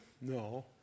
No